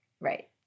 Right